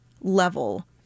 level